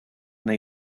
they